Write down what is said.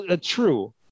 true